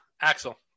Axel